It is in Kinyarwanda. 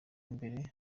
mbere